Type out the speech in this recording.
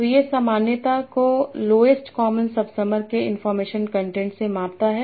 तो ये सामान्यता को लोवेस्ट कॉमन सबसमर के इनफार्मेशन कंटेंट से मापता है